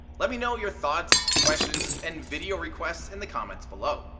let me know your thoughts, questions, and video requests in the comments below!